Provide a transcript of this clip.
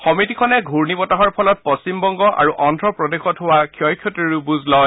সমিতিখনে ঘূৰ্ণি বতাহৰ ফলত পশ্চিমবংগ আৰু অন্ধ্ৰ প্ৰদেশত হোৱা ক্ষয় ক্ষতিৰো বুজ লয়